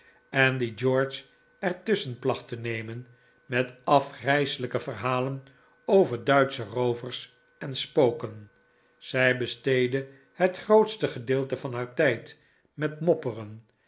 en die george er tusschen placht te nemen met afgrijselijke verhalen over duitsche roovers en spoken zij besteedde het grootste gedeelte van haar tijd met mopperen